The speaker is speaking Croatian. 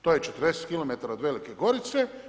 To je 40 km od Velike Gorice.